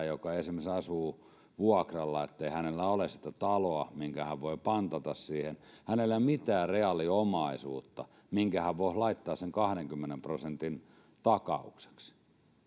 joka esimerkiksi asuu vuokralla eli hänellä ei ole sitä taloa minkä hän voi pantata siihen ei ole mitään reaaliomaisuutta minkä hän voisi laittaa sen kahdenkymmenen prosentin takaukseksi